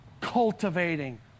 cultivating